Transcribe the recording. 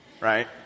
right